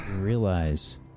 Realize